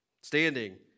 standing